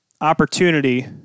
opportunity